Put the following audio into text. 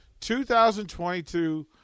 2022